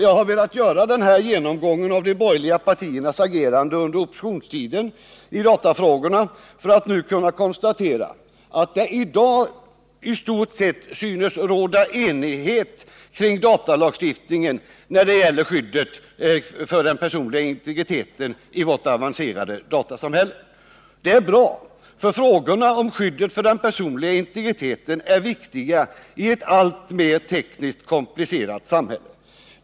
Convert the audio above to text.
Jag har velat göra den här genomgången av de borgerliga partiernas agerande under oppositionstiden i dessa frågor för att nu kunna konstatera att det i dag i stort sett synes råda enighet kring datalagstiftningen när det gäller skyddet för den personliga integriteten i vårt avancerade datasamhälle. Det är bra, för frågorna om skyddet för den personliga integriteten är viktiga i ett alltmer tekniskt komplicerat samhälle.